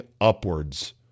upwards